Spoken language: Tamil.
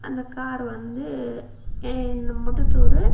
அந்த கார் வந்து இந்த முட்டத்தூர்